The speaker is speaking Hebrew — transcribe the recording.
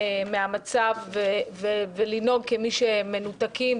מן המצב ולנהוג כמנותקים.